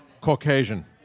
Caucasian